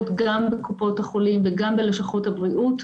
גם בקופות החולים וגם בלשכות הבריאות.